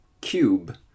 cube